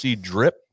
drip